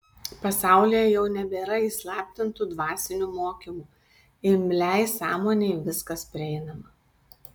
pasaulyje jau nebėra įslaptintų dvasinių mokymų imliai sąmonei viskas prieinama